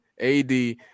ad